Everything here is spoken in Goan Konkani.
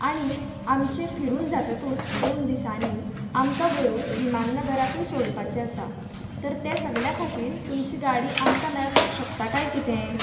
आनी आमचें फिरून जातकच दोन दिसांनी आमकां व्हरून विमाननगराकय सोडपाचें आसा तर तें सगल्या खातीर तुमची गाडी आमकां मेळपाक शकता काय कितें